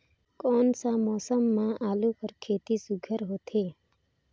कोन सा मौसम म आलू कर खेती सुघ्घर होथे?